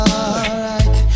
alright